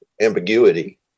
ambiguity